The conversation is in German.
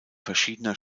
verschiedener